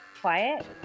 quiet